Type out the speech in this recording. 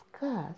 discuss